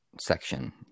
section